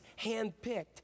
handpicked